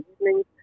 evenings